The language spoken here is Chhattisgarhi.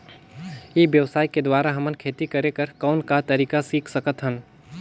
ई व्यवसाय के द्वारा हमन खेती करे कर कौन का तरीका सीख सकत हन?